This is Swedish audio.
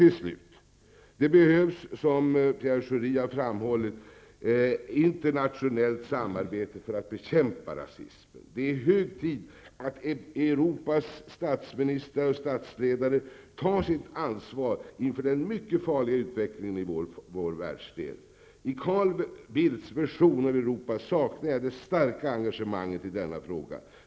Till sist behövs det -- som också Pierre Schori har framhållit -- internationellt samarbete för att man skall kunna bekämpa rasismen. Det är hög tid att Europas statsministrar och statsledare tar sitt ansvar inför den mycket farliga utveckling som sker i vår världsdel. I Carl Bildts version av Europa saknar jag det starka engagemanget i denna fråga.